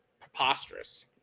preposterous